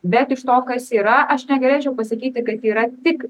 bet iš to kas yra aš negalėčiau pasakyti kad yra tik